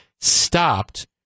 stopped